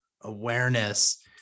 awareness